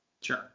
Sure